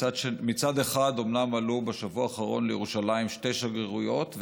מצד אחד אומנם עלו בשבוע האחרון לירושלים שתי שגרירויות,